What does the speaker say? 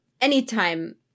anytime